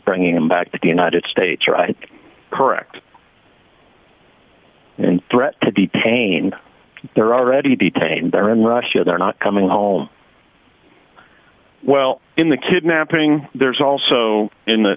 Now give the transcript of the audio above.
bringing him back to the united states right correct and threat to detain their already detained there in russia they're not coming home well in the kidnapping there's also in the